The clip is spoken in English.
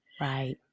Right